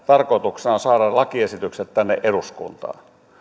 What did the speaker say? tarkoituksena on saada lakiesitykset tänne eduskuntaan